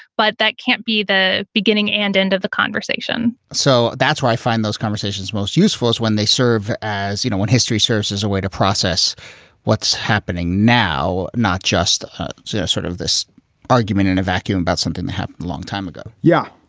but that can't be the beginning and end of the conversation so that's why i find those conversations most useful is when they serve as you know, when history serves as a way to process what's happening now, not just sort of this argument in a vacuum, but something happened a long time ago yeah,